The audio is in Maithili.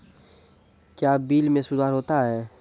क्या बिल मे सुधार होता हैं?